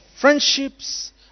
friendships